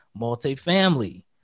Multifamily